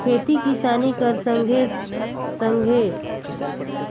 खेती किसानी कर संघे सघे